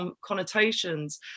connotations